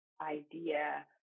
idea